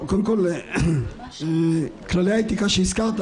אתה מקל ראש בחברי הכנסת שרוצים לעשות